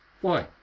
Why